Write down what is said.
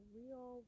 real